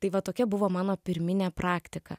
tai va tokia buvo mano pirminė praktika